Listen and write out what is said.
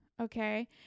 okay